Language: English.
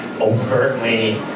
overtly